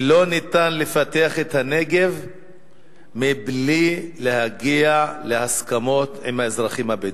שלא ניתן לפתח את הנגב מבלי להגיע להסכמות עם האזרחים הבדואים.